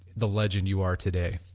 the legend you are today?